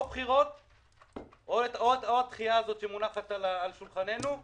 או בחירות או הדחייה הזאת שמונחת על שולחננו.